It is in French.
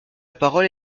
parole